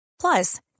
Plus